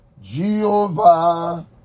Jehovah